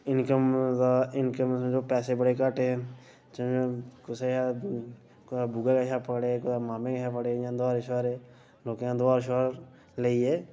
income दा income समझो पैसे बड़े घट्ट हे चलो कुसै शा बूआ शा पकड़े कुतै मामे शा फड़े इ'यां दोहारे शुआरे लोकें दा दोहार शुआर लेइयै